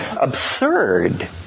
absurd